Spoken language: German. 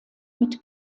mit